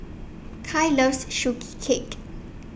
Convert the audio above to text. Kai loves Sugee Cake